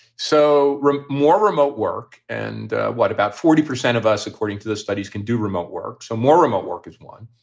so more remote work. and what about forty percent of us, according to the studies, can do remote work? some more remote work is one.